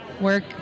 work